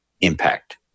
impact